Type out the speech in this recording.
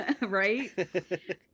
right